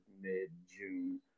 mid-June